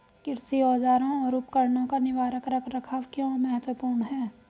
कृषि औजारों और उपकरणों का निवारक रख रखाव क्यों महत्वपूर्ण है?